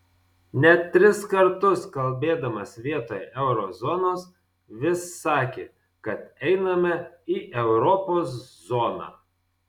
net tris kartus kalbėdamas vietoj euro zonos vis sakė kad einame į europos zoną